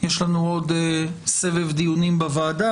יש לנו עוד סבב דיונים בוועדה,